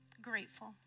grateful